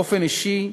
באופן אישי,